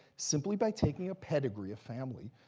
simply by taking a pedigree of family,